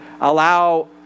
allow